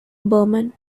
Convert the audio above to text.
burman